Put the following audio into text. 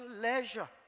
leisure